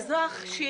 האזרח,